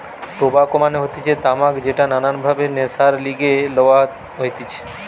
tobacco মানে হতিছে তামাক যেটা নানান ভাবে নেশার লিগে লওয়া হতিছে